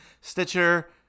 Stitcher